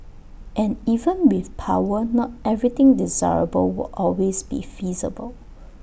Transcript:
and even with power not everything desirable will always be feasible